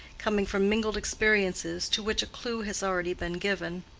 coming from mingled experiences, to which a clue has already been given.